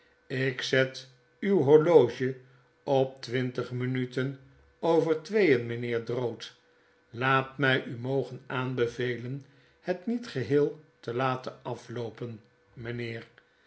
ik zet uw horloge op twintig minuten over tweeen mijaheer drood laat mg u mogen aanbevelen het niet geheel te laten afloopen mijnheer